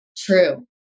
True